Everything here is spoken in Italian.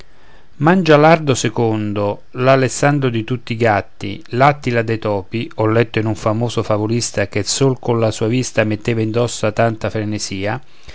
mangialardo secondo l'alessandro di tutti i gatti l'attila dei topi ho letto in un famoso favolista che sol colla sua vista metteva indosso tanta frenesia